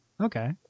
Okay